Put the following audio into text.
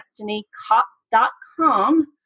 destinycop.com